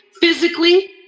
physically